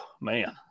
man